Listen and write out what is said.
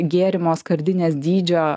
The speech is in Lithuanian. gėrimo skardinės dydžio